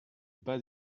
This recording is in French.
pas